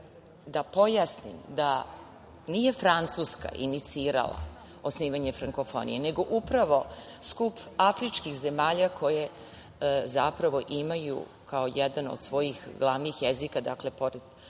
da pojasnim, nije Francuska inicirala osnivanje frankofonije, nego upravo skup afričkih zemalja koje zapravo imaju kao jedan od svojih glavnih jezika francuski jezik,